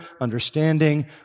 understanding